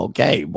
Okay